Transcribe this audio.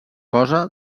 cosa